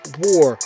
war